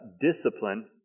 Discipline